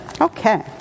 Okay